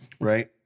right